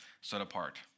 set-apart